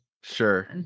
Sure